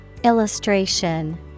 Illustration